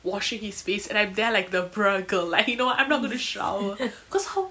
washing his face and I'm there like the bruh girl like you know I'm not going to shower cause how